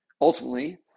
ultimately